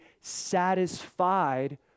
satisfied